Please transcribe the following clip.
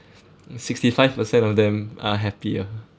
sixty five percent of them are happier